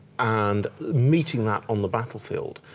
and meeting that on the battlefield,